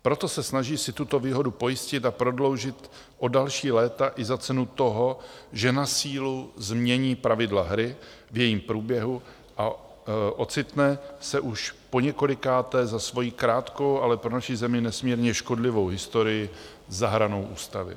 Proto se snaží si tuto výhodu pojistit a prodloužit o další léta i za cenu toho, že na sílu změní pravidla hry v jejím průběhu a ocitne se už poněkolikáté za svoji krátkou, ale pro naši zemi nesmírně škodlivou historii za hranou ústavy.